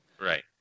Right